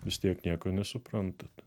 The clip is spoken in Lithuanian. vis tiek nieko nesuprantat